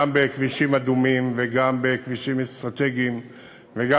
גם בכבישים אדומים וגם בכבישים אסטרטגיים וגם